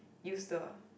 use the